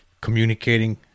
communicating